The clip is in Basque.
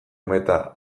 meta